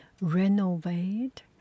renovate